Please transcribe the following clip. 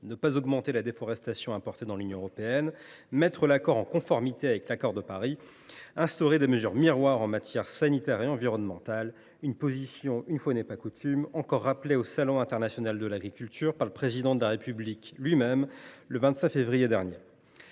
issus de la déforestation dans l’Union européenne ; mettre l’accord en conformité avec l’accord de Paris ; instaurer des mesures miroirs en matière sanitaire et environnementale. Cette position, une fois n’est pas coutume, a encore été rappelée lors du salon international de l’agriculture par le Président de la République lui même le 25 février dernier.